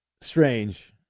strange